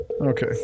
Okay